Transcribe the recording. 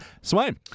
swain